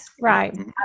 right